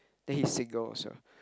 then he single also